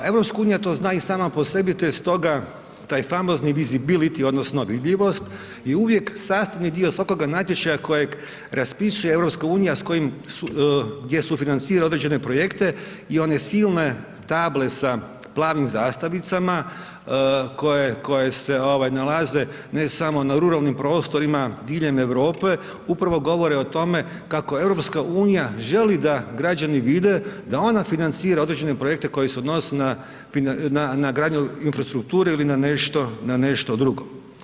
EU to zna i sama po sebi te je stoga taj famozni visibility odnosno vidljivost je uvijek sastavni dio svakoga natječaja kojeg raspisuje EU gdje sufinancira određene projekte i one silne table sa plavim zastavicama koje se nalaze ne samo na ruralnim prostorima diljem Europe, upravo govore o tome kako EU želi da građani vide da ona financira određene projekte koje se odnose na gradnju infrastrukture ili na nešto drugo.